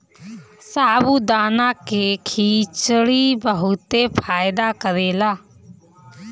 साबूदाना के खिचड़ी बहुते फायदा करेला